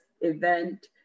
event